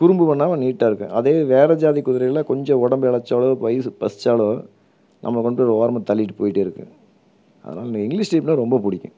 குறும்பு பண்ணாம நீட்டாக இருக்கும் அதே வேறு ஜாதி குதிரையிலாம் கொஞ்சம் உடம்பு இளச்சாலோ வயிறு பசிச்சாலோ நம்மளை கொண்டு போய் ஓரமாக தள்ளிவிட்டு போயிகிட்டே இருக்கும் அதனால் எனக்கு இங்கிலீஷ் டைப்ன்னா ரொம்ப பிடிக்கும்